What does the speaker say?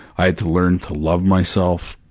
i had to learn to love myself.